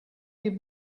give